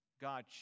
God